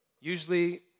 usually